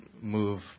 move